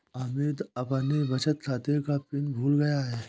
अमित अपने बचत खाते का पिन भूल गया है